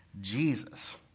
Jesus